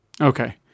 okay